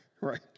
right